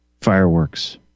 fireworks